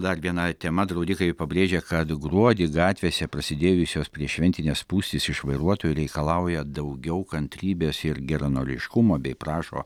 dar viena tema draudikai pabrėžia kad gruodį gatvėse prasidėjusios prieššventinės spūstys iš vairuotojų reikalauja daugiau kantrybės ir geranoriškumo bei prašo